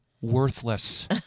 Worthless